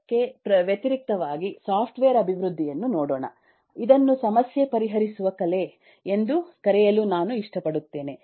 ಇದಕ್ಕೆ ವ್ಯತಿರಿಕ್ತವಾಗಿ ಸಾಫ್ಟ್ವೇರ್ ಅಭಿವೃದ್ಧಿಯನ್ನು ನೋಡೋಣ ಇದನ್ನು ಸಮಸ್ಯೆ ಪರಿಹರಿಸುವ ಕಲೆ ಎಂದು ಕರೆಯಲು ನಾನು ಇಷ್ಟಪಡುತ್ತೇನೆ